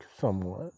somewhat